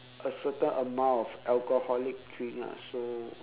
a certain amount of alcoholic drink ah so